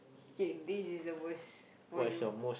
kay this is the worst for you